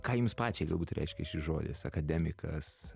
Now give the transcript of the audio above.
ką jums pačiai galbūt reiškia šis žodis akademikas